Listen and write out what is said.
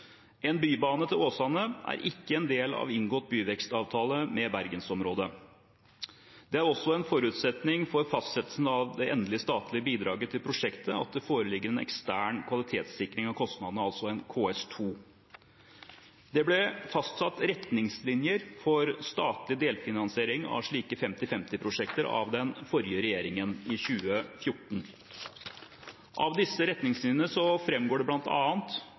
En bybane til Åsane er ikke en del av inngått byvekstavtale med Bergensområdet. Det er også en forutsetning for fastsettelsen av det endelige statlige bidraget til prosjektet at det foreligger en ekstern kvalitetssikring av kostnadene, en KS2. Det ble fastsatt retningslinjer for statlig delfinansiering av slike 50–50-prosjekter av den forrige regjeringen i 2014. Av disse retningslinjene framgår det bl.a., som representanten Njåstad påpeker, at det